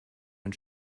ein